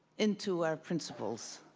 into our principles.